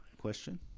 question